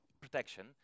protection